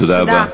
תודה.